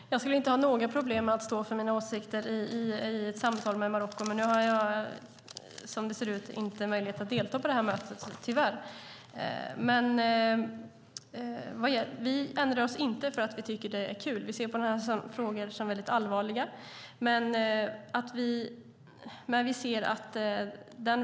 Herr talman! Jag skulle inte ha några problem att stå för mina åsikter i ett samtal med Marocko. Nu har jag som det ser ut tyvärr inte möjlighet att delta i mötet. Vi ändrar oss inte för att vi tycker att det är kul. Vi ser dessa frågor som väldigt allvarliga.